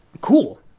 cool